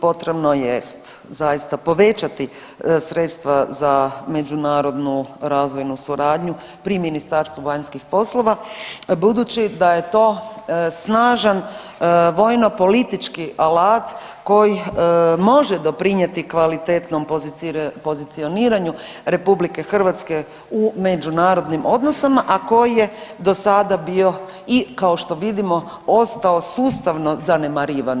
Potrebno jest zaista povećati sredstva za međunarodnu razvojnu suradnju pri Ministarstvu vanjskih poslova budući da je to snažan vojno politički alat koji može doprinijeti kvalitetnom pozicioniraju RH u međunarodnim odnosima, a koji je do sada bio i kao što vidimo ostao sustavno zanemarivan.